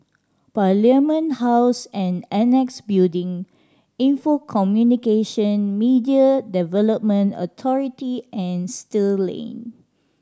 Parliament House and Annexe Building Info Communications Media Development Authority and Still Lane